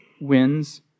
wins